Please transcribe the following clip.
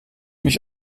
mich